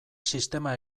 sistema